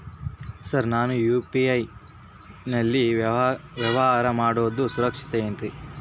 Sir ನಾನು UPI ನಲ್ಲಿ ವ್ಯವಹಾರ ಮಾಡೋದು ಸುರಕ್ಷಿತ ಏನ್ರಿ?